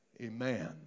Amen